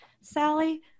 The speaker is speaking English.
Sally